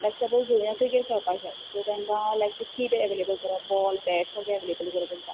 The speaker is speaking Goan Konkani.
लायक सपोज भुरग्यांक क्रिकेट खेळपाक जाय सो तेंकां लायक तें कीट एवेलेबल करप बॉल बेट सगळें एवेलेबर करप आसता